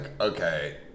okay